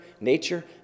nature